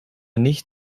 nicht